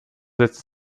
setzt